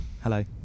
Hello